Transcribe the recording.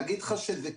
להגיד לך שזה קל?